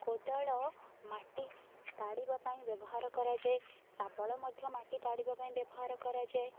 କୋଦାଳ ମାଟି ତାଡ଼ିବା ପାଇଁ ବ୍ୟବହାର କରାଯାଏ ଶାବଳ ମଧ୍ୟ ମାଟି ତାଡ଼ିବା ପାଇଁ ବ୍ୟବହାର କରାଯାଏ